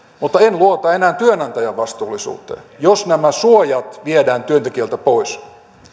mutta en luota enää työnantajan vastuullisuuteen jos nämä suojat viedään työntekijöiltä pois